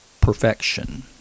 perfection